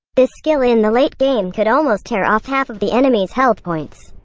this skill in the late game could almost tear off half of the enemy's health points.